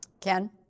Ken